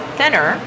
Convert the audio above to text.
thinner